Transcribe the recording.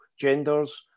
genders